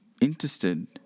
interested